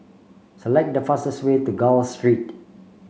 select the fastest way to Gul Street